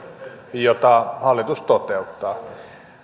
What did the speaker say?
jota hallitus toteuttaa